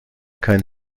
kein